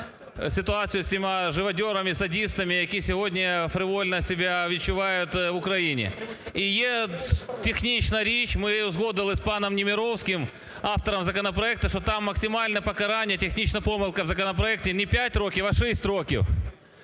ситуацію з усіма живодьорами, садистами, які сьогодні фривольно себя відчувають в Украине. І є технічна річ, ми її узгодили з паном Немировським, автором законопроекту, що там максимальне покарання, технічна помилка в законопроекті, не 5 років, а 6 років.